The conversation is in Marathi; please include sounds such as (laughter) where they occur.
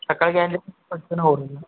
सकाळी (unintelligible) पटकन होऊन जाईल